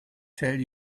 tell